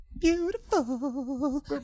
Beautiful